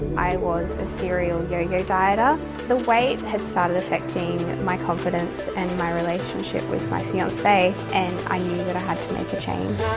i was a serial yo-yo dieter. the weight had started affecting my confidence and my relationship with my fiance. and i knew that i had to make a change.